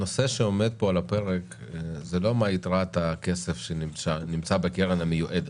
הנושא שעומד פה על הפרק זה לא מה יתרת הכסף שנמצא בקרן המיועדת.